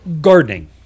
gardening